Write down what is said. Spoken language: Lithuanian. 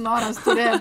noras turėt